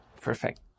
Perfect